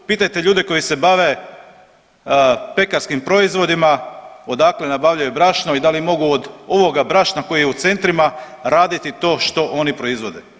Pitajte ljude koji se bave pekarskim proizvodima odakle nabavljaju brašno i da li mogu od ovoga brašna koji je u centrima raditi to što oni proizvode.